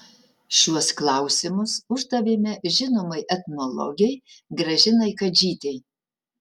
šiuos klausimus uždavėme žinomai etnologei gražinai kadžytei